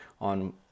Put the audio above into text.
on